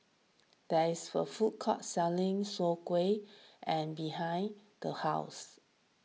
there is a food court selling Soon Kway and behind the house